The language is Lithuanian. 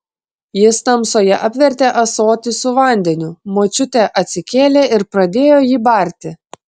jis tamsoje apvertė ąsotį su vandeniu močiutė atsikėlė ir pradėjo jį barti